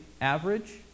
average